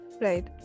Right